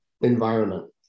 environment